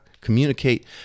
communicate